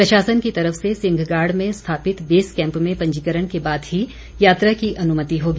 प्रशासन की तरफ से सिंहगाड़ में स्थापित बेस कैंप में पंजीकरण के बाद ही यात्रा की अनुमति होगी